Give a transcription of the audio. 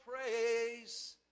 praise